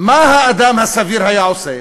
מה האדם הסביר היה עושה?